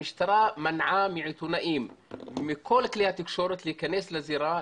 המשטרה מנעה מעיתונאים ומכל כלי התקשורת להיכנס לזירה,